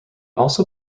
also